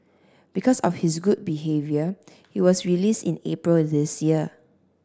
because of his good behaviour he was release in April this year